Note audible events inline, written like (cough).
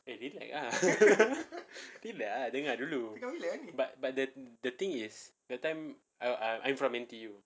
eh rilek ah (laughs) rilek ah dengar dulu but but the thing is the time err I'm from N_T_U